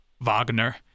Wagner